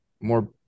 more